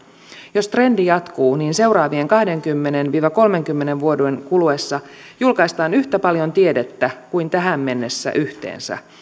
jos trendi jatkuu niin seuraavien kahdenkymmenen viiva kolmenkymmenen vuoden kuluessa julkaistaan yhtä paljon tiedettä kuin tähän mennessä yhteensä